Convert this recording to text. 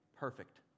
perfect